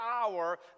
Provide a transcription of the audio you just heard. power